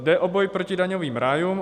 Jde o boj proti daňovým rájům.